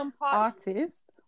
artist